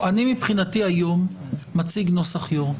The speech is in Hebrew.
מבחינתי אני מציג היום נוסח יו"ר.